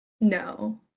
No